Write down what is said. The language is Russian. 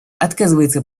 отказывается